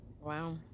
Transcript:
Wow